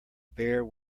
bare